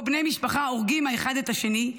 שבו בני משפחה הורגים אחד את השני,